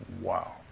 Wow